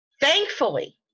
Thankfully